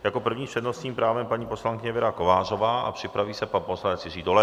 Jako první s přednostním právem paní poslankyně Věra Kovářová a připraví se pan poslanec Jiří Dolejš.